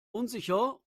unsicher